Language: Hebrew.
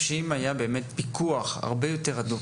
שאם היה פיקוח הרבה יותר הדוק,